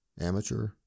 Amateur